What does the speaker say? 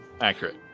accurate